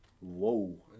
Whoa